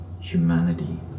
humanity